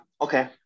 Okay